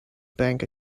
bank